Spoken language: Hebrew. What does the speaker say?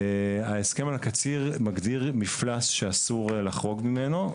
ההסכם על הקציר מגדיר מפלס שאסור לחרוג ממנו,